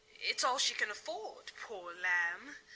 it's all she can afford, poor lamb.